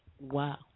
Wow